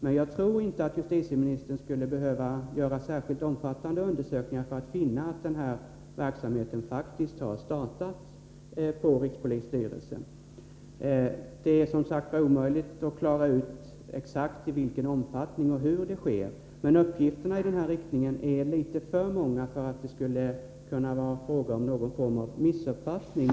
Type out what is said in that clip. Men jag tror inte att justitieministern skulle behöva göra särskilt omfattande undersökningar för att finna att denna verksamhet faktiskt har startat på rikspolisstyrelsen. Det är som sagt omöjligt att exakt klara ut i vilken omfattning och hur konsultverksamheter bedrivs, men uppgifterna i denna riktning är för många för att det skulle kunna vara fråga om någon form av missuppfattning.